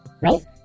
Right